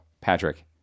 Patrick